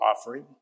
offering